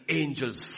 angels